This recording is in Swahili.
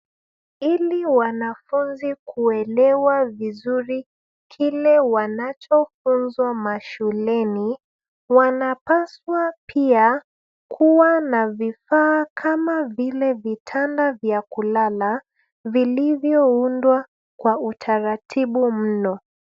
Ili wanafunzi kuelewa vizuri kile wanachofunzwa mashuleni, wanapaswa pia kuwa na vifaa kama vile vitanda vya kulala vilivyoundwa kwa utaratibu mno.